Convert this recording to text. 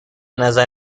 نظر